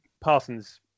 Parsons